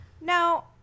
Now